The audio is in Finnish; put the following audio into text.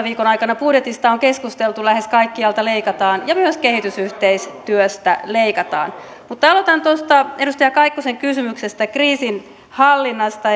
viikon aikana budjetista on keskusteltu että lähes kaikkialta leikataan ja myös kehitysyhteistyöstä leikataan mutta aloitetaan edustaja kaikkosen kysymyksestä kriisinhallinnasta